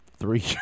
three